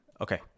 okay